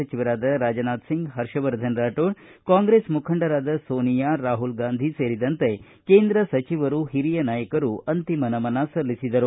ಸಚಿವರಾದ ರಾಜನಾಥಸಿಂಗ್ ಹರ್ಷವರ್ಧನ ರಾಕೋಡ ಕಾಂಗ್ರೆಸ್ ಮುಖಂಡರಾದ ಸೋನಿಯಾ ರಾಹುಲ್ ಗಾಂಧಿ ಸೇರಿದಂತೆ ಕೇಂದ್ರ ಸಚಿವರು ಹಿರಿಯ ನಾಯಕರು ಅಂತಿಮ ನಮನ ಸಲ್ಲಿಸಿದರು